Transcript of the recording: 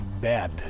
bad